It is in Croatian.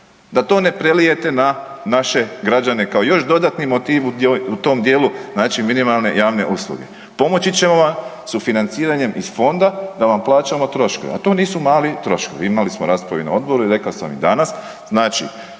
da to ne prelijete na naše građane kao još dodatni motiv u tom dijelu znači minimalne javne usluge. Pomoći ćemo vam sufinanciranjem iz fonda da vam plaćamo troškove, a to nisu mali troškovi. Imali smo raspravu na odboru i rekao sam i danas,